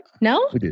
No